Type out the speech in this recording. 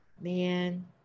Man